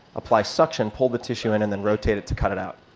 apply suction, pull the tissue in, and then rotate it to cut it out.